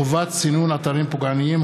חובת סינון אתרים פוגעניים),